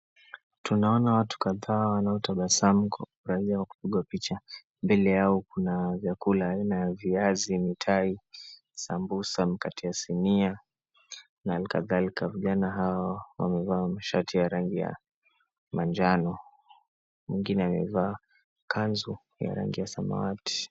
Tunaona watu kadhaa wanaotabasamu kwa kufurahia wakipigwa picha. Mbele yao kuna vyakula aina ya viazi, mitai, sambusa, mkate ya sinia na hali kadhalika. Vijana hao wamevaa mashati ya rangi ya manjano, mwingine amevaa kanzu ya rangi ya samawati.